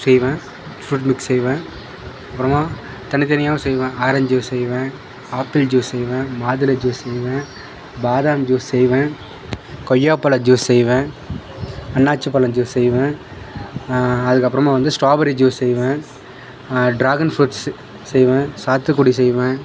செய்வேன் fruit mix செய்வேன் அப்புறமா தனி தனியாவும் செய்வேன் ஆரஞ்ச் ஜூஸ் செய்வேன் ஆப்பிள் ஜூஸ் செய்வேன் மாதுளை ஜூஸ் செய்வேன் பாதாம் ஜூஸ் செய்வேன் கொய்யாப்பழ ஜூஸ் செய்வேன் அன்னாசிப்பழம் ஜூஸ் செய்வேன் அதுக்கு அப்புறமா வந்து ஸ்ட்ராபெரி ஜூஸ் செய்வேன் டிராகன் ஃப்ரூட்ஸ் செய் செய்வேன் சாத்துக்குடி செய்வேன்